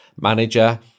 manager